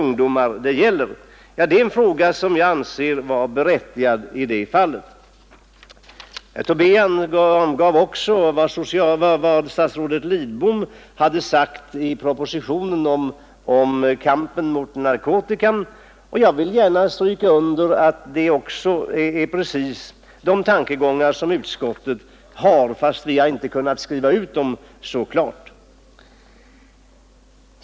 Det är en fråga som jag anser vara berättigad. Herr Tobé angav också vad statsrådet Lidbom hade sagt i propositionen om kampen mot narkotika. Jag vill stryka under att det är precis samma tankegångar som utskottet har, fastän vi inte har kunnat skriva ut dem så klart.